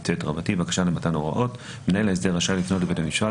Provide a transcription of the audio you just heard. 159יטבקשה למתן הוראות מנהל ההסדר רשאי לפנות לבית המשפט